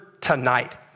tonight